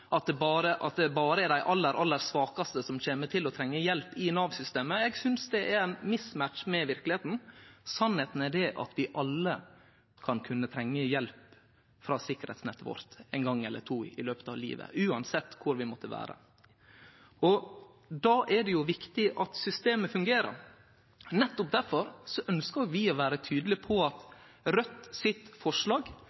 at det berre er dei aller, aller svakaste som kjem til å trenge hjelp i Nav-systemet, synest eg er ein «mismatch» med verkelegheita. Sanninga er at vi alle kan måtte trenge hjelp frå sikkerheitsnettet vårt ein gong eller to i løpet av livet, uansett kvar vi måtte vere. Då er det viktig at systemet fungerer. Difor ønskjer vi å vere tydelege på